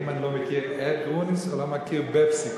אם אני לא מכיר את גרוניס או לא מכיר בפסיקותיו.